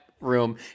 room